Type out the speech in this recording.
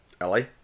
ellie